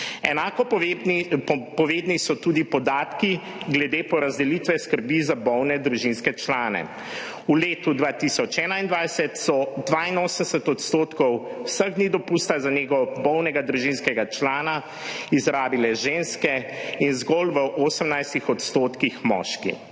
Enako povedni so tudi podatki glede porazdelitve skrbi za bolne družinske člane. V letu 2021 so 82 % vseh dni dopusta za nego bolnega družinskega člana izrabile ženske in zgolj 18 % moški.